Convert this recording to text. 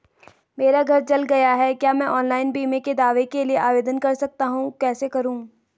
मेरा घर जल गया है क्या मैं ऑनलाइन बीमे के दावे के लिए आवेदन कर सकता हूँ कैसे करूँ?